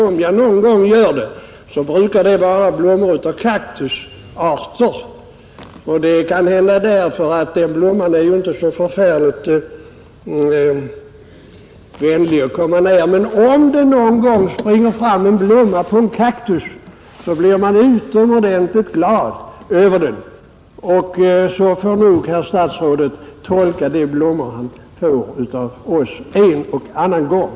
Om jag någon gång gör det brukar det vara blommor av kaktusarter. Sådana är inte så vänliga att komma nära, men om det någon gång springer fram en blomma på en kaktus blir man utomordentligt glad över den. Så bör nog herr statsrådet betrakta de blommor han får av oss en eller annan gång.